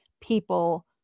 people